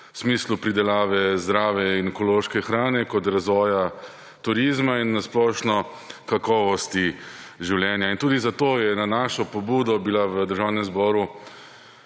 v smislu pridelave zdrave in ekološke hrane kot razvoja turizma in splošno, kakovosti življenja. Tudi zato je na našo pobudo bila v Državnem zboru